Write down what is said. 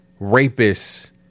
rapists